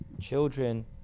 children